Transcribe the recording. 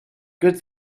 good